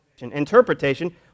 interpretation